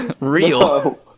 real